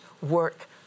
work